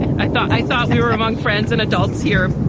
i thought i thought you were among friends and adults here.